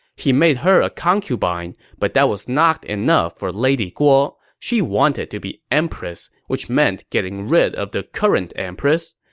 he made her a concubine. but that was not enough for lady guo. she wanted to be empress, which meant getting rid of the current empress.